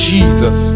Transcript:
Jesus